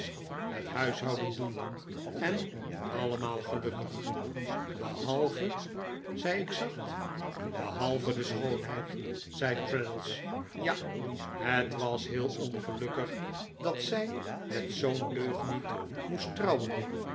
het huishouden doen en allemaal gelukkig behalve zei ik zacht behalve de schoonheid zei traddles ja het was heel ongelukkig dat zij met zoo'n deugniet moest trouwen